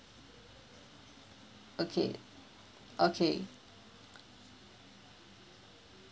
okay okay